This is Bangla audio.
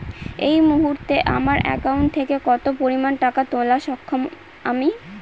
এই মুহূর্তে আমার একাউন্ট থেকে কত পরিমান টাকা তুলতে সক্ষম আমি?